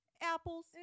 Apples